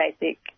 basic